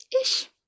Ish